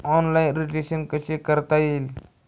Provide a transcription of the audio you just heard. Online registration कसे करता येईल?